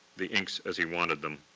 the inks as he wanted them.